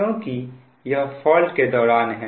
क्योंकि यह फॉल्ट के दौरान हैं